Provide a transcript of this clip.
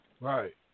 right